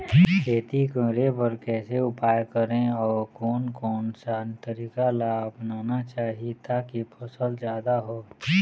खेती करें बर कैसे उपाय करें अउ कोन कौन सा तरीका ला अपनाना चाही ताकि फसल जादा हो?